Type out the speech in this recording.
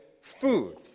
food